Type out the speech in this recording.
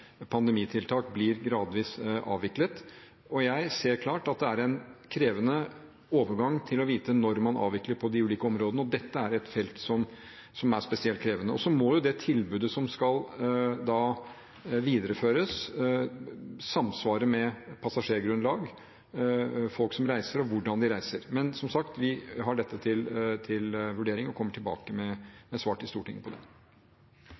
pandemitiltak, blir gradvis avviklet. Jeg ser klart at det er krevende å vite når man skal avvikle på de ulike områdene, og dette er et felt som er spesielt krevende. Det tilbudet som skal videreføres, må også samsvare med passasjergrunnlag, folk som reiser, og hvordan de reiser. Men som sagt: Vi har dette til vurdering og kommer tilbake til Stortinget med svar på